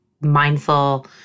mindful